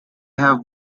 have